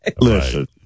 Listen